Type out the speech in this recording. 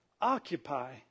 Occupy